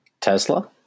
Tesla